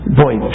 boy